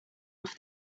off